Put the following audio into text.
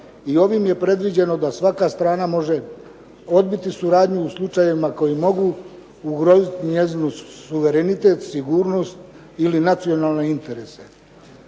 i ovim je predviđeno da svaka strana može odbiti suradnju u slučajevima koji mogu ugroziti njezin suverenitet, sigurnost ili nacionalne interese.